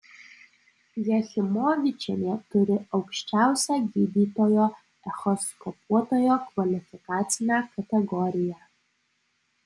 jachimovičienė turi aukščiausią gydytojo echoskopuotojo kvalifikacinę kategoriją